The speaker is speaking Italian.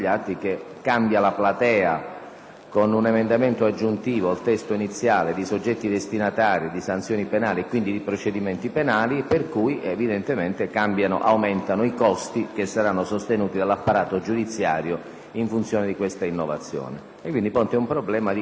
con un emendamento aggiuntivo al testo iniziale, dei soggetti destinatari di sanzioni penali e quindi di procedimenti penali, per cui evidentemente aumentano i costi che saranno sostenuti dall'apparato giudiziario in funzione di questa innovazione; presenta quindi un problema di compatibilità tra la vecchia copertura